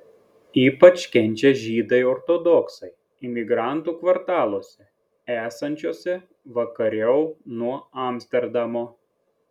ypač kenčia žydai ortodoksai imigrantų kvartaluose esančiuose vakariau nuo amsterdamo